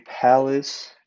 Palace